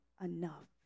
enough